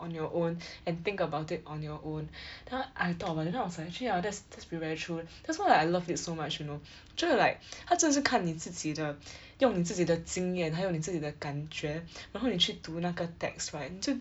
on your own and think about it on your own 她 I thought about it then I was like actually ah that's that's primarily true that's why like I love it so much you know 觉得 like 她就是看你自己的 用你自己的经验还有你自己的感觉 然后你去读那个 text right 你就